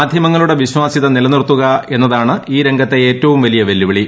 മാധ്യമങ്ങളുടെ വിശ്വാസൃത നിലനിർത്തുക എന്നതാണ് ഈ രംഗത്തെ ഏറ്റവും വലിയ വെല്ലുവിളി